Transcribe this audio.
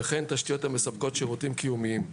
וכן תשתיות המספקות שירותים קיומיים.